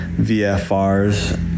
VFRs